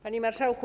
Panie Marszałku!